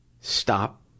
stop